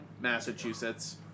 Massachusetts